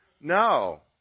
No